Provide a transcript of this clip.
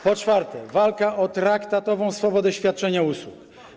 Po czwarte, walka o traktatową swobodę świadczenia usług.